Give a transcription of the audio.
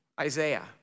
Isaiah